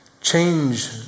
change